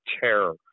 terror